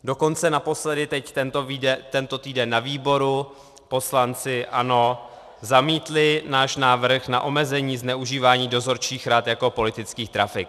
Dokonce naposledy teď tento týden na výboru poslanci ANO zamítli náš návrh na omezení zneužívání dozorčích rad jako politických trafik.